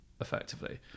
effectively